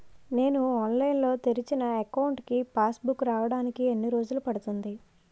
నేను ఆన్లైన్ లో తెరిచిన అకౌంట్ కి పాస్ బుక్ రావడానికి ఎన్ని రోజులు పడుతుంది?